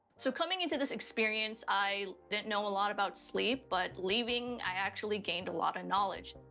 so coming into this experience, i didn't know a lot about sleep, but leaving, i actually gained a lot of knowledge.